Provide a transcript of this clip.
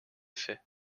faits